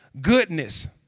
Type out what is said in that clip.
goodness